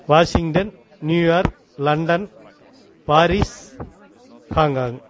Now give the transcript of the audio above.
Washington New York London Paris Hong Kong